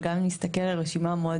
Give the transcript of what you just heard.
אבל גם אם נסתכל על רשימה מועדפת,